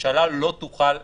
הממשלה לא תוכל למנוע,